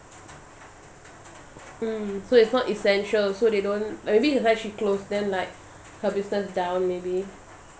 mm so it's not essential so they don't or maybe that's why she closed then like her business down maybe